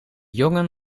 jongen